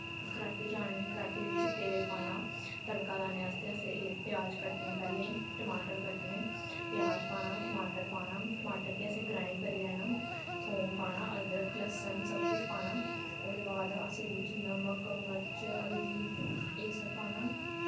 कड़ाह्टी चाढ़नी कड़ाह्टी बिच तेल पाना तड़का लाने आस्तै प्याज कट्टने पैह्लें टमाटर कट्टने प्याज पाना टमाटर पाना टमाटर गी असें ग्राईंड करी लैना थूम पाना अदरक ल्हसन सब किश पाना ओह्दे बाद असें एह्दे बिच नमक मर्च हल्दी एह् सब पाना